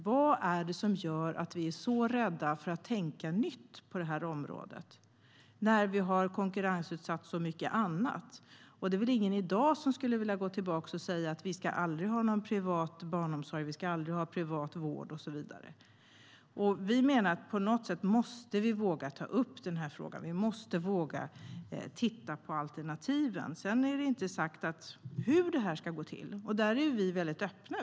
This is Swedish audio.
Vad är det som gör att vi är så rädda för att tänka nytt på det här området när vi har konkurrensutsatt så mycket annat? Det är väl ingen i dag som skulle vilja gå tillbaka och säga att vi aldrig ska ha någon privat barnomsorg, vård och så vidare. Vi menar att på något sätt måste vi våga ta upp den här frågan. Vi måste våga titta på alternativen. Sedan är det inte sagt hur det här ska gå till. Där är vi väldigt öppna.